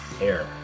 Air